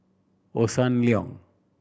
Hossan Leong